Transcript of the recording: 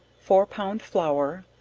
four pound flour,